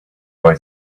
boy